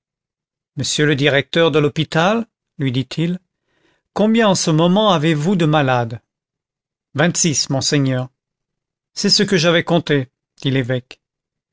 monsieur le directeur de l'hôpital lui dit-il combien en ce moment avez-vous de malades vingt-six monseigneur c'est ce que j'avais compté dit l'évêque